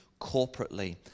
corporately